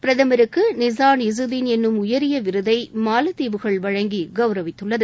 பிரதமருக்கு நிஷான் இசுதீன் என்னும் உயரிய விருதை மாலத்தீவுகள் வழங்கி கவுரவித்தது